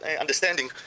understanding